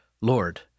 Lord